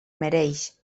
mereix